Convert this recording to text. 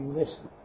listen